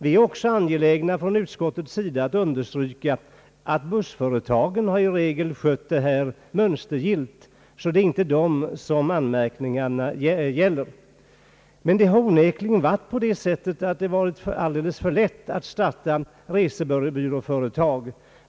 Vi inom utskottet är också angelägna att understryka att bussföretagen i regel skött resorna mönstergillt — det är inte dem som anmärkningarna gäller. Det har onekligen varit alldeles för lätt att starta resebyråföretag.